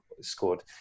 scored